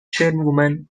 chairwoman